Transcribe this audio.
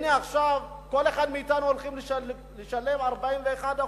הנה עכשיו כל אחד מאתנו הולך לשלם 41%,